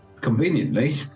conveniently